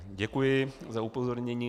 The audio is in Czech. Děkuji za upozornění.